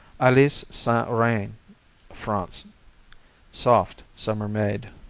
alise saint-reine france soft summer-made.